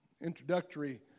introductory